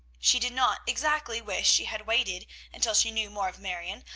she did not exactly wish she had waited until she knew more of marion,